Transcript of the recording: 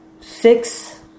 Six